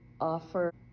offer